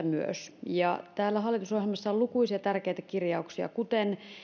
myös hallitusohjelmassa on lukuisia tärkeitä kirjauksia kuten